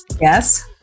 yes